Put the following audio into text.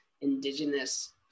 indigenous